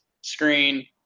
screen